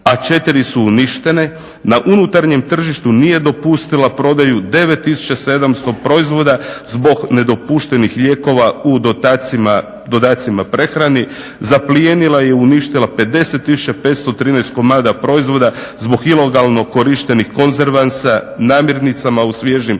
a 4 su uništene. Na unutarnjem tržištu nije dopustila prodaju 9 700 proizvoda zbog nedopuštenih lijekova u dodacima prehrani, zaplijenila je i uništila 50 513 komada proizvoda za ilegalnog korištenih konzervansa, namirnicama u svježim